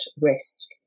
risk